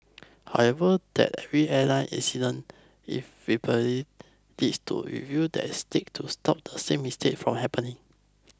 however that every airline incident inevitably leads to review that seek to stop the same mistake from happen